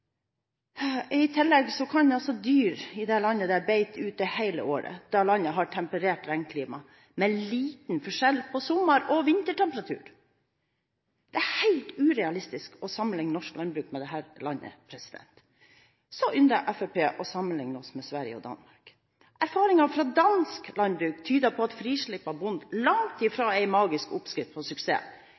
I tillegg kan dyr i det landet beite ute hele året, da landet har temperert regnklima med liten forskjell på sommer- og vintertemperatur. Det er helt urealistisk å sammenligne norsk landbruk med dette landet. Så ynder Fremskrittspartiet å sammenligne oss med Sverige og Danmark. Erfaringer fra dansk landbruk tyder på at frislipp av bonden langt fra er en magisk oppskrift på suksess.